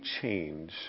change